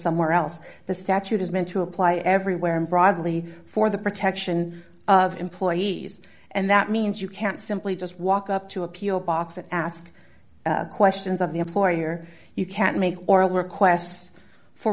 somewhere else the statute is meant to apply everywhere broadly for the protection of employees and that means you can't simply just walk up to appeal box and ask questions of the employer you can't make oral requests for